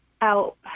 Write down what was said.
out